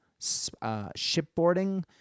shipboarding